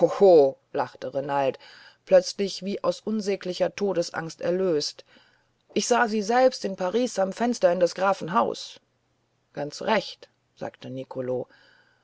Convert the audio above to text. lachte renald plötzlich wie aus unsäglicher todesangst erlöst ich sah sie selber in paris am fenster in des grafen haus ganz recht sagte nicolo